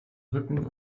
rücken